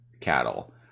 cattle